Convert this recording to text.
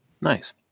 Nice